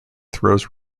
throws